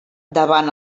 davant